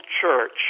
church